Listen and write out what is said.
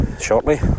shortly